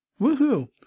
Woohoo